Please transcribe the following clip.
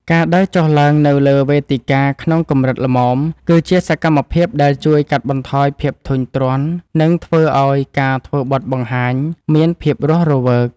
ការដើរចុះឡើងនៅលើវេទិកាក្នុងកម្រិតល្មម គឺជាសកម្មភាពដែលជួយកាត់បន្ថយភាពធុញទ្រាន់ និងធ្វើឱ្យការធ្វើបទបង្ហាញមានភាពរស់រវើក។